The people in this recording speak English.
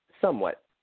Somewhat